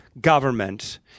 government